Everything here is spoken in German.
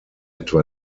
etwa